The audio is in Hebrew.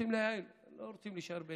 רוצים לייעל, הם לא רוצים להישאר,